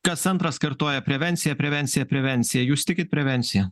kas antras kartoja prevencija prevencija prevencija jūs tikit prevencija